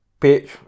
page